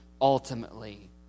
ultimately